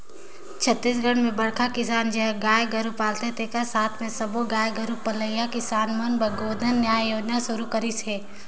छत्तीसगढ़ में बड़खा किसान जेहर गाय गोरू पालथे तेखर साथ मे सब्बो गाय गोरू पलइया किसान मन बर गोधन न्याय योजना सुरू करिस हे